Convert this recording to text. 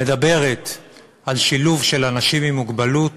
שמדברת על שילוב של אנשים עם מוגבלות